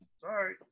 Sorry